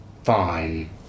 Fine